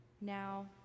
now